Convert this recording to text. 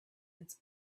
its